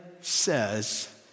says